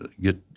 get